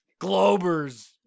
Globers